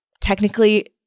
Technically